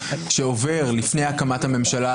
שעובר לפני הקמת הממשלה.